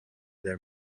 their